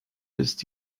ist